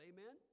Amen